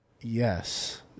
Yes